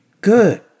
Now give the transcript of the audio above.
Good